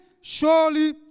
surely